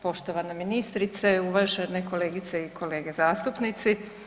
Poštovana ministrice, uvažene kolegice i kolege zastupnici.